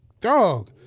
Dog